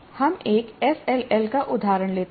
हम एक एफएलएल का उदाहरण लेते हैं